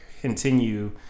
continue